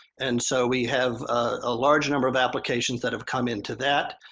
and so we have a large number of applications that have come into that.